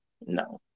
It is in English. no